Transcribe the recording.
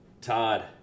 Todd